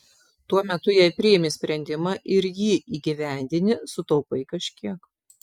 tuo metu jei priimi sprendimą ir jį įgyvendini sutaupai kažkiek